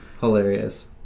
Hilarious